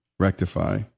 Rectify